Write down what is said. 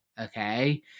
okay